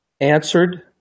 answered